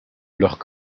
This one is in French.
leurs